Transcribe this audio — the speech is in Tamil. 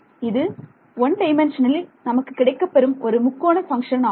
இது 1D இல் நமக்கு கிடைக்கப்பெறும் ஒரு முக்கோண பங்க்ஷன் ஆகும்